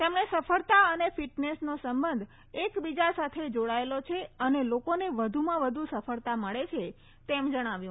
તેમણે સફળતા અને ફીટનેસનો સંબંધ એકબીજા સાથે જાડાયેલો છે અને લોકોને વધુમાં વધુ સફળતા મળે છે તેમ જણાવ્યું